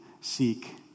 seek